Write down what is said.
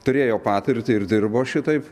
turėjo patirtį ir dirbo šitaip